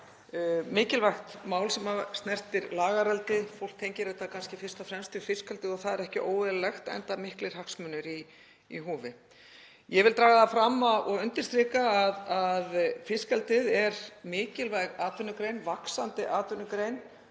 mikilvægt mál sem snertir lagareldi. Fólk tengir þetta kannski fyrst og fremst við fiskeldi og það er ekki óeðlilegt enda miklir hagsmunir í húfi. Ég vil draga fram og undirstrika að fiskeldið er mikilvæg atvinnugrein, vaxandi atvinnugrein.